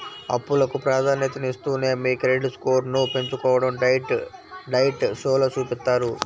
అప్పులకు ప్రాధాన్యతనిస్తూనే మీ క్రెడిట్ స్కోర్ను పెంచుకోడం డెట్ డైట్ షోలో చూపిత్తారు